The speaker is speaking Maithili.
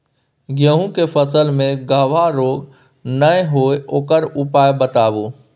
गेहूँ के फसल मे गबहा रोग नय होय ओकर उपाय बताबू?